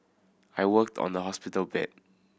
I worked on the hospital bed